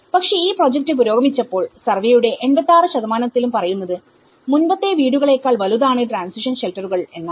പക്ഷേ ഈ പ്രോജക്ട് പുരോഗമിച്ചപ്പോൾസർവേയുടെ 86 ത്തിലും പറയുന്നത് മുൻപത്തെ വീടുകളേക്കാൾ വലുതാണ് ട്രാൻസിഷൻ ഷെൽട്ടറുകൾ എന്നാണ്